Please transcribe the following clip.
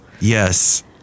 Yes